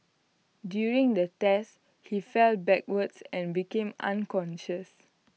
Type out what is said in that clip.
during the test he fell backwards and became unconscious